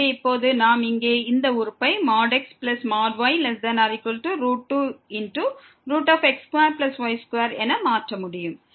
எனவே இப்போது நாம் இங்கே இந்த உறுப்பை xy2x2y2 என மாற்றமுடியும்